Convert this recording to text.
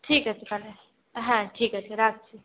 ঠিক আছে তাহলে হ্যাঁ ঠিক আছে রাখছি